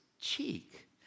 cheek